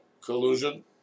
collusion